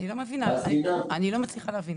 אני לא מצליחה להבין.